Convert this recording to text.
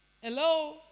Hello